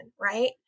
right